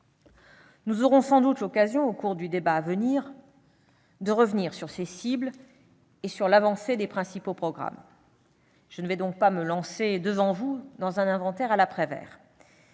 Nous aurons sans doute l'occasion, au cours du débat, de revenir sur ces cibles et sur l'avancée des principaux programmes. Je ne vais donc pas me lancer dans un inventaire à la Prévert.